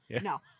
No